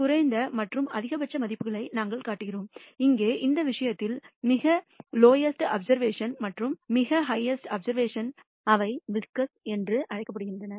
குறைந்த மற்றும் அதிகபட்ச மதிப்புகளையும் நாங்கள் காட்டுகிறோம் இங்கே இந்த விஷயத்தில் மிகக் லௌஸ்ட் அப்ஸிர்வேஷன் மற்றும் மிக ஹஃஹ்ஸ்ட்டு அப்ஸிர்வேஷன் அவை விஸ்கர்ஸ் என்று அழைக்கப்படுகின்றன